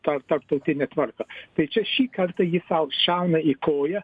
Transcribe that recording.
ta tarptautine tvarka tai čia šį kartą jį sau šauna į koją